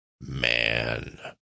man